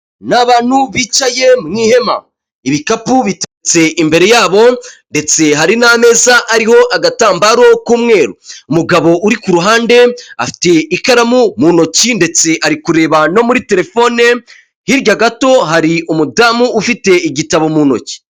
Ni abantu bicaye mu ihema, ibikapu biteretse imbere yabo ndetse hari n'ameza ariho agatambaro k'umweru. Umugabo uri ku ruhande afite ikaramu mu ntoki ndetse ari kureba no muri telefone, hirya gato hari umudamu ufite igitabo mu ntoki.